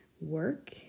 work